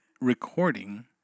recording